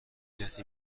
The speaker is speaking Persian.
کسی